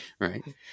right